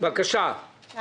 אני